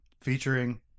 featuring